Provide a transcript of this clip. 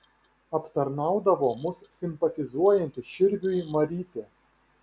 aptarnaudavo mus simpatizuojanti širviui marytė